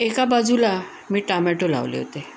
एका बाजूला मी टामॅटो लावले होते